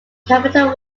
capital